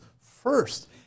first